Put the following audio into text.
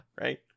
right